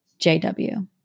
JW